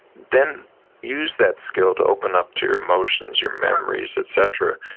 then use that skill to open up to your emotions, your memories, et cetera,